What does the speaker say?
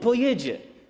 Pojedzie.